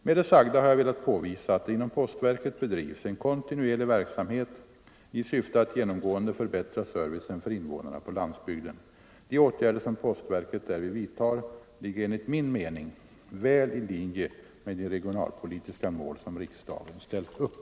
Med det sagda har jag velat påvisa att det inom postverket bedrivs en kontinuerlig verksamhet i syfte att genomgående förbättra servicen för invånarna på landsbygden. De åtgärder som postverket därvid vidtar ligger enligt min mening väl i linje med de regionalpolitiska mål som riksdagen ställt upp.